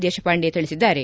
ದೇಶಪಾಂಡೆ ತಿಳಿಸಿದ್ದಾರೆ